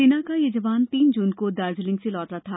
सेना का यह जवान तीन जून को दर्जिलिंग से लौटा था